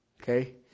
Okay